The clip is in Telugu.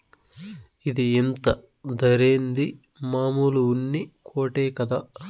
ఇది ఇంత ధరేంది, మామూలు ఉన్ని కోటే కదా